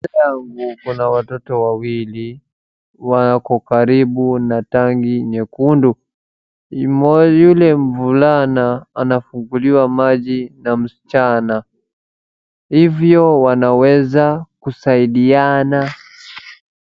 Mbele yangu kuna watoto wawili. Wako karibu na tank nyekundu. Yule mvulana anafunguliwa maji na msichana. Hivyo wanaweza kusaidiana.